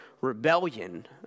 rebellion